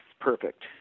perfect